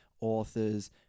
authors